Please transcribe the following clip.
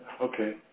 Okay